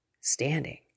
standing